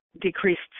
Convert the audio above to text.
decreased